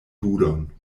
budon